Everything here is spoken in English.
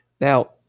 Now